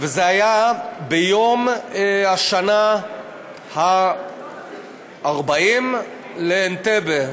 וזה היה ביום השנה ה-40 לאנטבה.